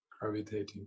gravitating